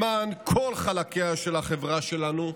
למען כל חלקיה של החברה שלנו,